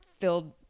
filled